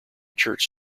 church